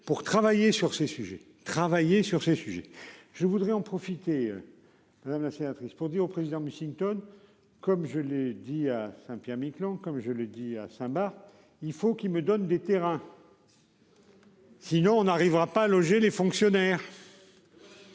travailler sur ces sujets, je voudrais en profiter. Madame la sénatrice, pour dire au président Mussington. Comme je l'ai dit à. Saint-Pierre-et-Miquelon comme je le dis à Saint-Barth. Il faut qu'il me donne des terrains. Si tu veux. Sinon on n'arrivera pas à loger les fonctionnaires.